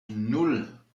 nan